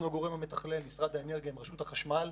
אנחנו הגורם המתכלל משרד האנרגיה ורשות החשמל.